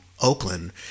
Oakland